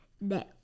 No